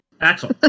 Axel